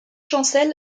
chancel